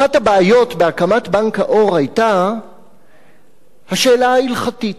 אחת הבעיות בהקמת בנק העור היתה השאלה ההלכתית.